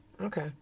Okay